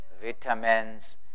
Vitamins